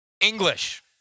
English